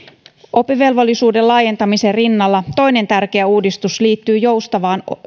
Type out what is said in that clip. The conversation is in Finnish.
oppivelvollisuuden laajentamisen rinnalla toinen tärkeä uudistus liittyy joustavaan